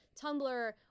Tumblr